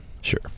Sure